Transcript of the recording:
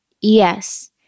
yes